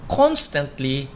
constantly